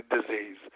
disease